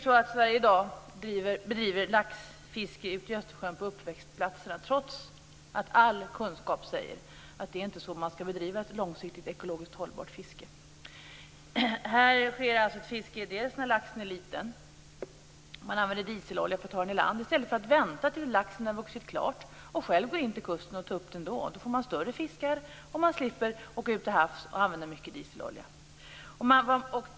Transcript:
Sverige bedriver i dag laxfiske ute i Östersjön på uppväxtplatserna trots att all kunskap säger att det inte är så man skall bedriva ett långsiktigt ekologiskt hållbart fiske. Här sker alltså ett fiske när fisken är liten. Man använder dieselolja på båtarna för att ta den i land i stället för att vänta tills laxen har vuxit klart och själv går upp till kusten där man kan ta upp den. Då får man större fiskar, och man slipper vara ute till havs och använda mycket dieselolja.